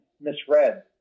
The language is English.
misread